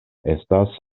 estas